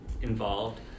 involved